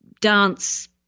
dance